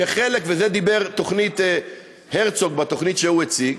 חלק, ועל זה דיבר הרצוג, בתוכנית שהוא הציג,